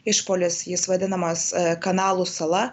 išpuolis jis vadinamas kanalų sala